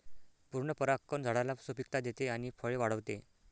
पूर्ण परागकण झाडाला सुपिकता देते आणि फळे वाढवते